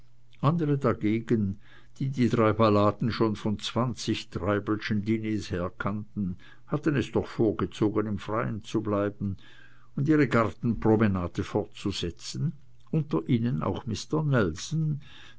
andere dagegen die die drei balladen schon von zwanzig treibelschen diners her kannten hatten es doch vorgezogen im freien zu bleiben und ihre gartenpromenade fortzusetzen unter ihnen auch mister nelson